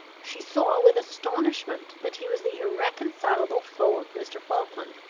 she saw with astonishment that he was the irreconcilable foe of mr. falkland,